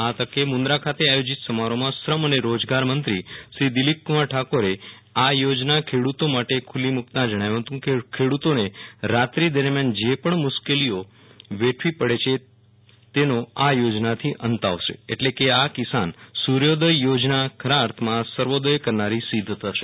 આ તકે મુન્દ્રા ખાતે આયોજિત સમારોહમાં શ્રમ અને રોજગાર મંત્રીશ્રી દિલીપક્રમાર ઠાકોરે આ યોજના ખેડૂતો માટે ખુલ્લી મૂકતાં જણાવ્યું હતું કે ખેડૂતોને રાત્રી દરમ્યાન જે પણ મુશ્કેલીઓ વેઠવી પડે છે તેનો આ થોજનાથી અંત આવશે એટલે કે આ કિસાન સૂર્યોદય યોજના ખરા અર્થમાં સર્વોદય કરનારી સિધ્ધ થશે